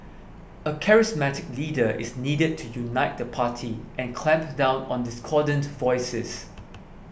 a charismatic leader is needed to unite the party and clamp down on discordant voices